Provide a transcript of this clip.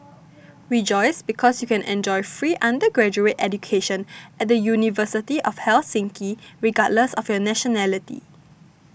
rejoice because you can enjoy free undergraduate education at the University of Helsinki regardless of your nationality